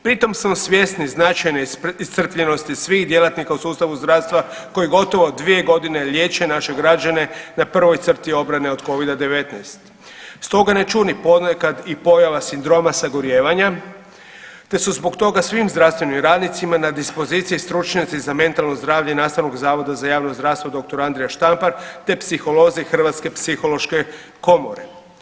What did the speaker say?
Pritom smo svjesni značajne iscrpljenosti svih djelatnika u sustavu zdravstva koji gotovo 2 godine liječe naše građane na prvoj crti obrane od Covida-19 stoga ne čudi ponekad i pojava sindroma sagorijevanja te su stoga svim zdravstvenim radnicima na dispoziciji stručnjaci za mentalno zdravlje Nastavnog zavoda za javno zdravstvo dr. Andrija Štampar te psiholozi Hrvatske psihološke komore.